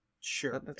Sure